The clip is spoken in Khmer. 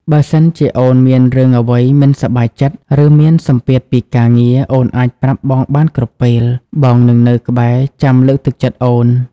បើសិនជាអូនមានរឿងអ្វីមិនសប្បាយចិត្ត ឬមានសម្ពាធពីការងារ អូនអាចប្រាប់បងបានគ្រប់ពេល បងនឹងនៅក្បែរចាំលើកទឹកចិត្តអូន។